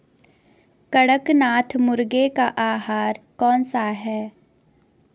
कड़कनाथ मुर्गे का आहार कौन सा है?